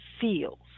feels